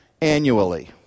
annually